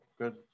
good